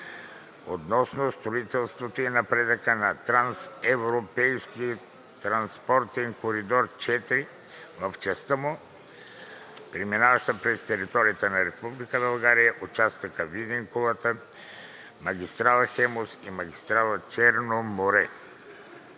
относно строителството и напредъка на трансевропейски транспортен коридор IV в частта му, преминаваща през територията на Република България в участъка Видин – Кулата; магистрала „Хемус“ и магистрала „Черно море“.